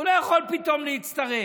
הוא לא יכול פתאום להצטרף.